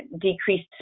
decreased